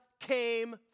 came